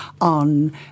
on